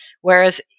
whereas